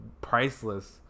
priceless